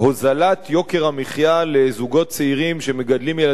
יוקר המחיה לזוגות צעירים שמגדלים ילדים קטנים,